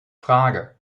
frage